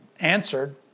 answered